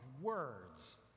words